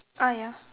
uh ya